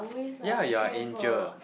ya ya angel